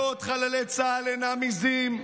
מאות חללי צה"ל אינם עיזים,